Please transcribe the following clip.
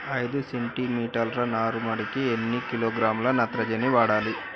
ఐదు సెంటి మీటర్ల నారుమడికి ఎన్ని కిలోగ్రాముల నత్రజని వాడాలి?